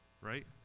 right